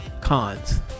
cons